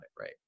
right